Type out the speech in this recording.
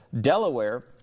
Delaware